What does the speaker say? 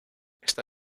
está